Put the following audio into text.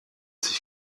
sich